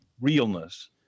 realness